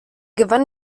gewann